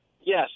Yes